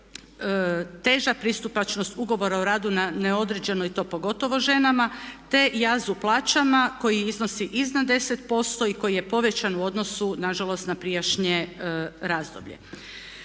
teža pristupačnost ugovora o radu na neodređeno i to pogotovo ženama te jazu plaćama koji iznosi iznad 10% i koji je povećan u odnosu nažalost na prijašnje razdoblje.